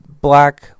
black